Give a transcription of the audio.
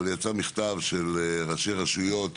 של ראשי רשויות,